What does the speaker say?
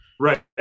Right